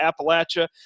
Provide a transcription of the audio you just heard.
Appalachia